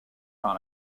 par